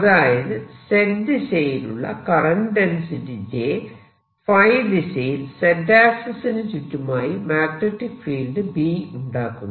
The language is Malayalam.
അതായത് Z ദിശയിലുള്ള കറന്റ് ഡെൻസിറ്റി j ϕ ദിശയിൽ Z ആക്സിസിനു ചുറ്റുമായി മാഗ്നെറ്റിക് ഫീൽഡ് B ഉണ്ടാക്കുന്നു